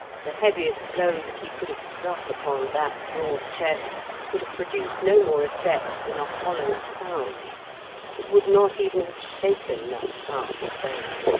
the heaviest blow that he could have struck upon that broad chest would have produced no more effect than a hollow sound it would not even have shaken that powerful frame.